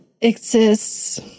exists